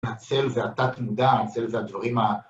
הצל זה התת מודע, הצל זה הדברים ה...